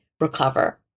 recover